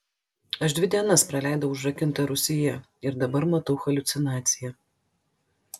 aš dvi dienas praleidau užrakinta rūsyje ir dabar matau haliucinaciją